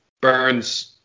Burns